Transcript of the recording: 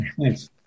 Thanks